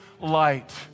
light